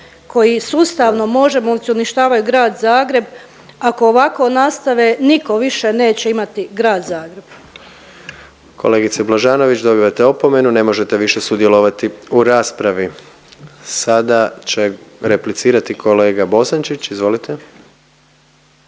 koji sustavno možemovci uništavaju grad Zagreb, ako ovako nastave, nitko više neće imati grad Zagreb. **Jandroković, Gordan (HDZ)** Kolegice Blažanović, dobivate opomenu, ne možete više sudjelovati u raspravi. Sada će replicirati kolega Bosančić. Izvolite.